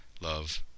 Love